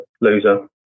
loser